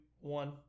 one